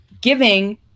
giving